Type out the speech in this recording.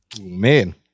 Man